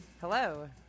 Hello